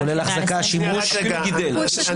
ייצור גם